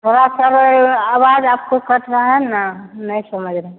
थोड़ा सर आवाज आपको कट रहा है न नहीं समझ रहे हैं